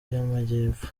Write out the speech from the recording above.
y’amajyepfo